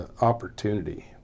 opportunity